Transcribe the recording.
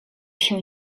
się